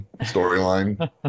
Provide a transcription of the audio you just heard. storyline